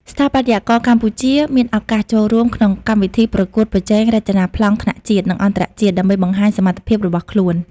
ស្ថាបត្យករកម្ពុជាមានឱកាសចូលរួមក្នុងកម្មវិធីប្រកួតប្រជែងរចនាប្លង់ថ្នាក់ជាតិ និងអន្តរជាតិ ដើម្បីបង្ហាញសមត្ថភាពរបស់ខ្លួន។